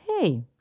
hey